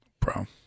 bro